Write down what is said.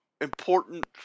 important